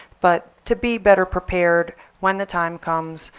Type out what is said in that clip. but to be better prepared when the time comes,